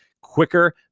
quicker